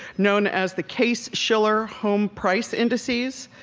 known as the case shiller home price indices.